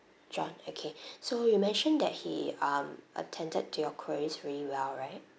john okay so you mentioned that he um attended to your queries really well right